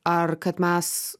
ar kad mes